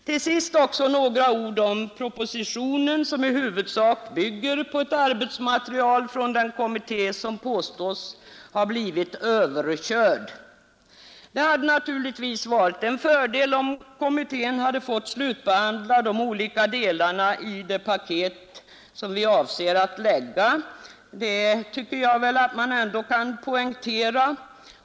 Till sist också några ord om propositionen, som i huvudsak bygger på ett arbetsmaterial från den kommitté som påstås ha blivit ”överkörd”. Det hade naturligtvis varit en fördel om kommittén fått slutbehandla de olika delarna i det paket som vi avser att framlägga — det bör man poängtera.